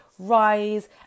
rise